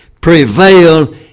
prevail